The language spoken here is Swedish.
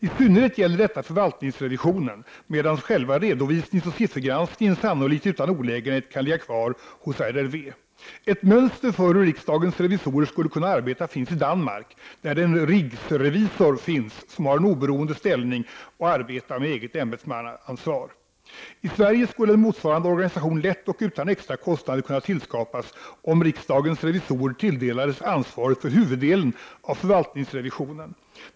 I synnerhet gäller detta förvaltningsrevisionen, medan själva redovisningsoch siffergranskningen sannolikt utan olägenhet kan ligga kvar hos RRV. Ett mönster för hur riksdagens revisorer skulle kunna arbeta finns i Danmark, där det finns en ”rigsrevisor” som har en oberoende ställning och som arbetar med eget ämbetsmannaansvar. I Sverige skulle en motsvarande organisation lätt och utan extra kostnader kunna tillskapas, om riksdagens revisorer tilldelades ansvaret för huvuddelen av förvaltningsrevisionen.